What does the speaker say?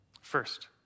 First